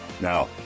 Now